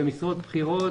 במשרות בכירות,